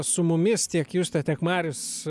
su mumis tiek justė tiek marius